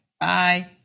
Bye